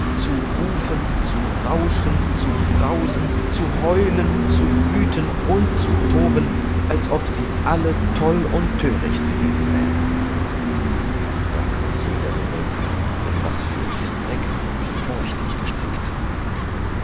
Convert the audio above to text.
zu rufen zu rauschen zu brausen zu heulen zu wüten und zu toben als ob sie alle toll und töricht gewesen wären da kann jeder gedenken in was schrecken und forcht ich gesteckt